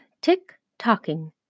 tick-tocking